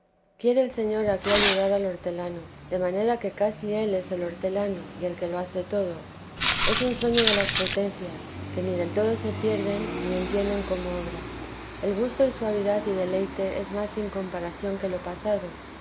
quiere el señor aquí ayudar al hortelano de manera que casi él es el hortelano y el que lo hace todo es un sueño de las potencias que ni del todo se pierden ni entienden cómo obra el gusto y suavidad y deleite es más sin comparación que lo pasado